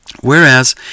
Whereas